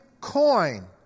coin